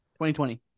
2020